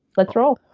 let's roll.